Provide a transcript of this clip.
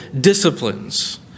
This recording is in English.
disciplines